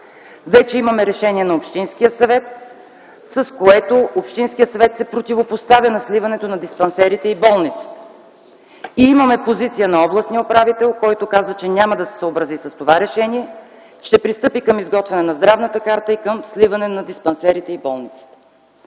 Вече имаме решение на Общинския съвет, с което Общинският съвет се противопоставя на сливането на диспансерите и болницата и имаме позиция на областния управител, който каза, че няма да съобрази с това решение, ще пристъпи към изготвяне на здравната карта и към сливане на диспансерите и болницата.